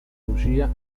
lucia